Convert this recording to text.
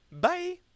Bye